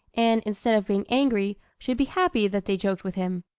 and, instead of being angry, should be happy that they joked with him.